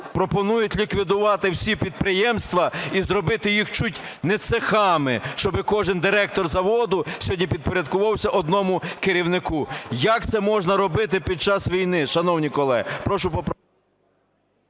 пропонують ліквідувати всі підприємства і зробити їх чуть не цехами, щоби кожен диктор заводу сьогодні підпорядковувалася одному керівнику. Як це можна робити під час війни, шановні колеги?